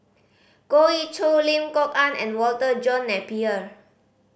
Goh Ee Choo Lim Kok Ann and Walter John Napier